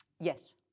Yes